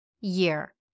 year